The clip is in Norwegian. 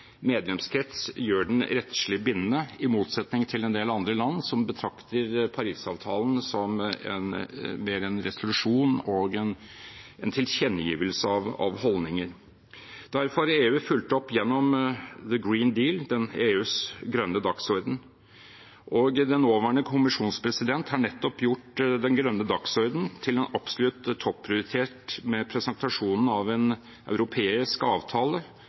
den innenfor sin medlemskrets gjøres rettslig bindende, i motsetning til en del andre land som betrakter Parisavtalen mer som en resolusjon og en tilkjennegivelse av holdningen. Derfor har EU fulgt opp gjennom The green deal, EUs grønne dagsorden, og den nåværende kommisjonspresident har nettopp gjort den grønne dagsorden til en absolutt topprioritet med presentasjonen av en europeisk avtale